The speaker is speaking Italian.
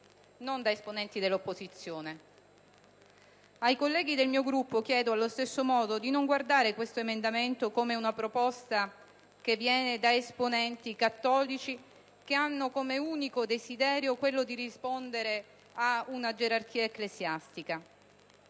non da esponenti dell'opposizione. Ai colleghi del mio Gruppo chiedo, allo stesso modo, di non guardare a questo emendamento come ad una proposta che viene da esponenti cattolici che hanno come unico desiderio quello di rispondere ad una gerarchia ecclesiastica.